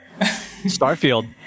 Starfield